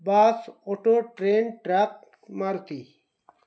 bus auto train truck Maruti